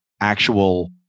actual